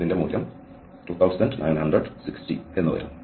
അതിൻറെ മൂല്യം 2960 എന്ന് വരും